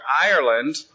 Ireland